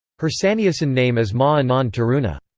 her sannyasin name is ma anand taruna.